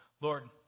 Lord